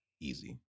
Easy